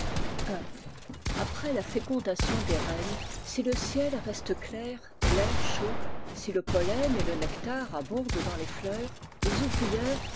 après la fécondation des reines si le ciel reste clair et tair chaud si le pollen et le nectar abondent dans les fleurs les ouvrières